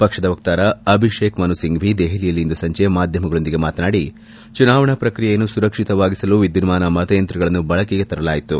ಪಕ್ಷದ ವಕ್ತಾರ ಅಭಿಷೇಕ್ ಮನು ಸಿಂಫ್ಟಿ ದೆಹಲಿಯಲ್ಲಿ ಇಂದು ಸಂಜೆ ಮಾಧ್ಯಮಗಳೊಂದಿಗೆ ಮಾತನಾಡಿ ಚುನಾವಣಾ ಪ್ರಕ್ರಿಯೆಯನ್ನು ಸುರಕ್ಷಿತವಾಗಿಸಲು ವಿದ್ಯುನ್ಮಾನ ಮತಯಂತ್ರಗಳನ್ನು ಬಳಕೆಗೆ ತರಲಾಯಿತು